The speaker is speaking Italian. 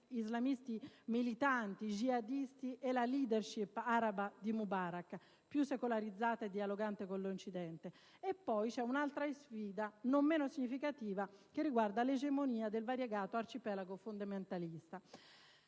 islamisti militanti, i jihadisti, e la *leadership* araba di Mubarak, più secolarizzata e dialogante con l'Occidente. C'è poi un'altra sfida, non meno significativa, che riguarda l'egemonia del variegato arcipelago fondamentalista.